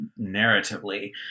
narratively